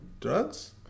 drugs